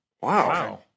Wow